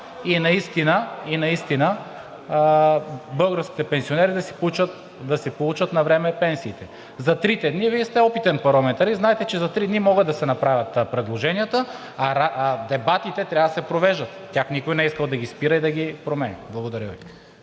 и наистина българските пенсионери да си получат навреме пенсиите. Вие сте опитен парламентарист, знаете, че за три дни могат да се направят предложенията, а дебатите трябва да се провеждат, тях никой не е искал да ги спира и да ги променя. Благодаря Ви.